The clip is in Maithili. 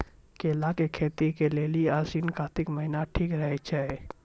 केला के खेती के लेली आसिन कातिक महीना ठीक रहै छै